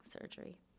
surgery